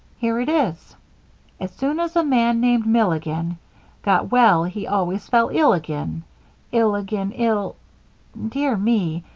here it is as soon as a man named milligan got well he always fell ill again ill again ill dear me,